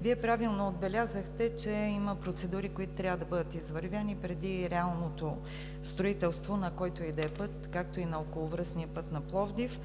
Вие правилно отбелязахте, че има процедури, които трябва да бъдат извървени преди реалното строителство на който и да е път, както и на околовръстния път на Пловдив.